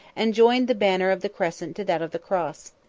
and joined the banner of the crescent to that of the cross.